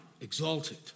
exalted